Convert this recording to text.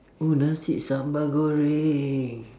oh nasi sambal goreng